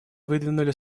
выдвинули